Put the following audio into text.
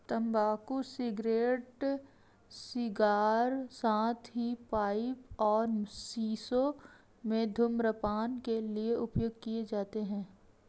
तंबाकू cigarette, cigar, साथ ही पाइप और शीशों में धूम्रपान के लिए उपयोग किए जाते हैं